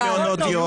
עידוד תעסוקה.